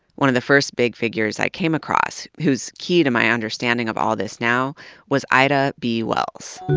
one of the first big figures i came across who's key to my understanding of all this now was ida b. wells.